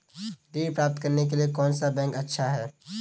ऋण प्राप्त करने के लिए कौन सा बैंक अच्छा है?